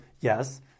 yes